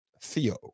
theo